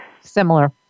Similar